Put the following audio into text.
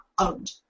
owned